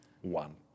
One